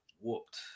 whooped